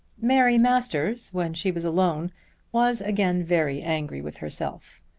mary masters when she was alone was again very angry with herself.